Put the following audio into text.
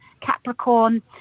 capricorn